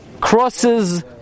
crosses